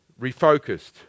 refocused